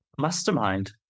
mastermind